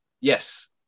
yes